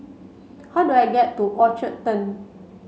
how do I get to Orchard Turn